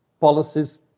policies